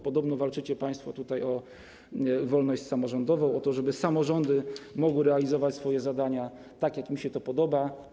Podobno walczycie państwo o wolność samorządową, o to, żeby samorządy mogły realizować swoje zadania, tak jak im to się podoba.